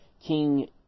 King